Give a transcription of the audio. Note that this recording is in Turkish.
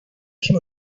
kim